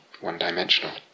one-dimensional